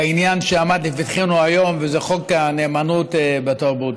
בעניין שעמד לפתחנו היום, חוק הנאמנות בתרבות,